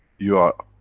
you are